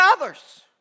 others